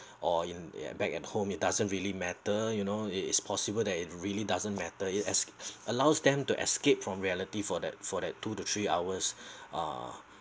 or in uh back at home it doesn't really matter you know it is possible that it really doesn't matter it asks allows them to escape from reality for that for that two to three hours uh